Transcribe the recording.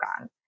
on